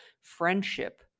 friendship